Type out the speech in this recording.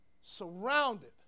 surrounded